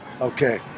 Okay